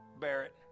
Barrett